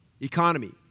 economy